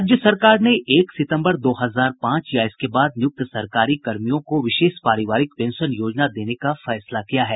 राज्य सरकार ने एक सितम्बर दो हजार पांच या इसके बाद निय्रक्त सरकारी कर्मियों को विशेष पारिवारिक पेंशन योजना देने का फैसला किया है